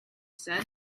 said